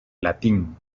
latín